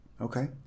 Okay